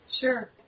Sure